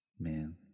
Man